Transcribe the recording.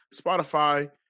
Spotify